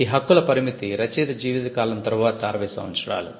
ఈ హక్కుల పరిమితి రచయిత జీవిత కాలం తర్వాత 60 సంవత్సరాలు